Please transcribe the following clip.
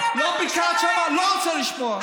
לא ביקרת שם, לא רוצה לשמוע.